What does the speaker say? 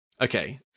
Okay